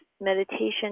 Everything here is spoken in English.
meditation